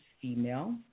female